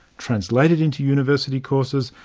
translated into university courses,